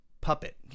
puppet